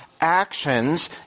actions